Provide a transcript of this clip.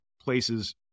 places